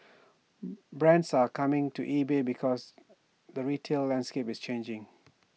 brands are coming to eBay because the retail landscape is changing